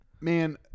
Man